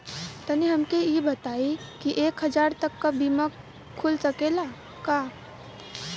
तनि हमके इ बताईं की एक हजार तक क बीमा खुल सकेला का?